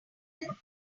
illegal